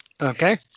Okay